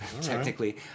technically